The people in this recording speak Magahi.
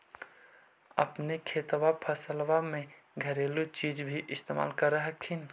अपने खेतबा फसल्बा मे घरेलू चीज भी इस्तेमल कर हखिन?